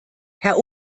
herr